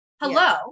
hello